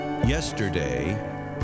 Yesterday